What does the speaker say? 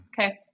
Okay